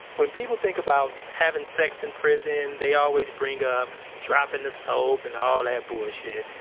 when people think about having sex in prison they always bring up dropping the soap and all that bullshit.